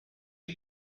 you